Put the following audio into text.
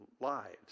lives